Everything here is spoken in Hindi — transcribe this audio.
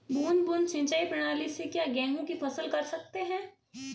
बूंद बूंद सिंचाई प्रणाली से क्या गेहूँ की फसल कर सकते हैं?